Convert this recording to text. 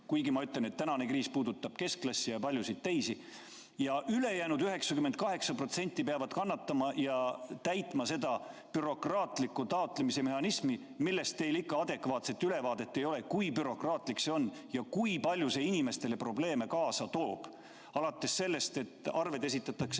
ma küll ütlen, et tänane kriis puudutab keskklassi ja paljusid teisi –, panna ülejäänud 98% kannatama ja täitma seda bürokraatlikku taotlemise mehhanismi, millest teil ikka adekvaatset ülevaadet ei ole? [Te ei tea], kui bürokraatlik see on ja kui palju see inimestele probleeme kaasa toob, alates sellest, et arved esitatakse